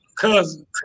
cousin